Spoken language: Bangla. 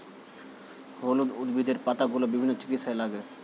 হলুদ উদ্ভিদের পাতাগুলো বিভিন্ন চিকিৎসায় লাগে